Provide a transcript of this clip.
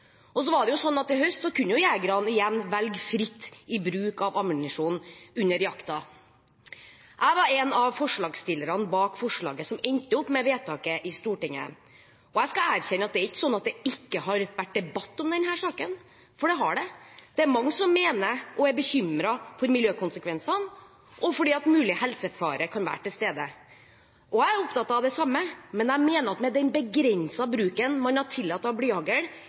og at jegerne mener at bruk av blyhagl er trygt. Og i høst kunne jegerne igjen velge fritt hva de skulle bruke av ammunisjon under jakten. Jeg var en av forslagsstillerne bak forslaget som endte opp med vedtaket i Stortinget, og jeg skal erkjenne at det ikke er sånn at det ikke har vært debatt om denne saken, for det har det. Det er mange som er bekymret for miljøkonsekvensene, og for at det kan være en mulig helsefare ved det. Jeg er opptatt av det samme, men jeg mener at den begrensede bruken av blyhagl man har tillatt,